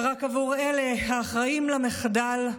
ורק עבור אלה, האחראים למחדל,